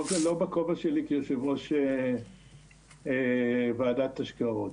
לא בכובע שלי כיושב ראש ועדת השקעות.